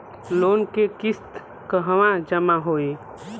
Loan के किस्त कहवा जामा होयी?